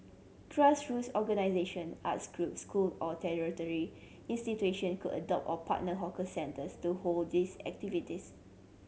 grassroots organisation arts groups school or tertiary institution could adopt or partner hawker centres to hold these activities